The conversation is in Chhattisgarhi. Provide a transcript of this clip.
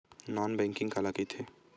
नॉन बैंकिंग काला कइथे?